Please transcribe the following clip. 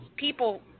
people